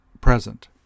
present